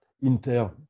Inter